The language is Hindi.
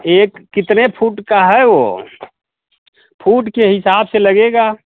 एक कितने फूट का है वो फूट के हिसाब से लगेगा